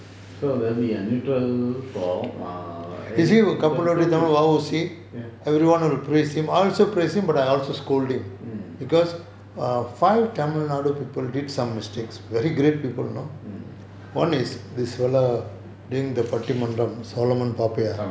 so there will be a neutral form err ya mm